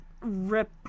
Rip